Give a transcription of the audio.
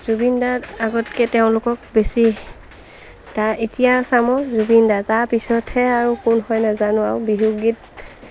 জুবিন দাৰ আগতকৈ তেওঁলোকক বেছি তাৰ এতিয়া চামো জুবিনদা তাৰপিছতহে আৰু কোন হয় নাজানো আৰু বিহু গীত